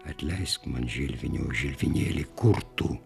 atleisk man žilvine o žilvinėli kur tu